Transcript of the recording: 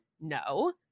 No